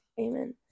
Amen